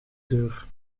deur